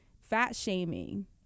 fat-shaming